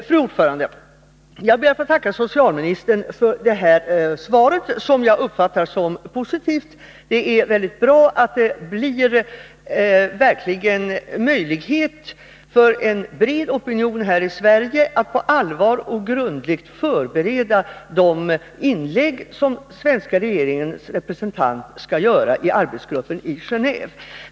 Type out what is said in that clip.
Fru talman! Jag ber att få tacka för svaret, som jag uppfattar som positivt. Det är mycket bra att det verkligen blir möjligt för en bred opinion här i Sverige att på allvar och grundligt förbereda de inlägg som den svenska regeringens representant skall göra i arbetsgruppen i Genéve.